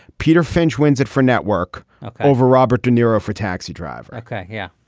peter finch wins it for network over robert de niro for taxi driver. yeah.